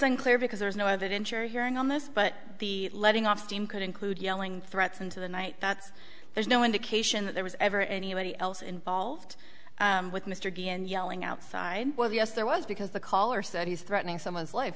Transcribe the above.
unclear because there is no evidentiary hearing on this but the letting off steam could include yelling threats into the night that's there's no indication that there was ever any of any else involved with mr d and yelling outside well yes there was because the caller said he's threatening someone's life